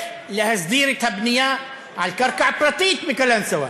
להסדיר את הבנייה על קרקע פרטית בקלנסואה.